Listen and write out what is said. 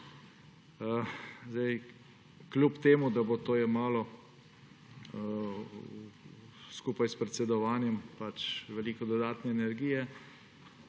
leta. Kljub temu da bo to jemalo skupaj s predsedovanjem veliko dodatne energije,